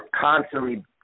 constantly